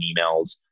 emails